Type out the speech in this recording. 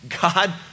God